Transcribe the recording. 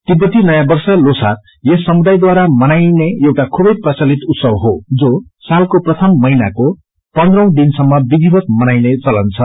तिब्बती नयाँ वर्ष लोसार यस समुदायद्वाा मनाइने एउटा खुबै प्रचलित उत्सव हो जो सालको प्रथम महिनको पन्धऔ दिनसम्म विधिवत मनाइने चलन छ